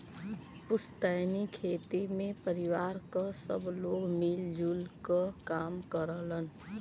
पुस्तैनी खेती में परिवार क सब लोग मिल जुल क काम करलन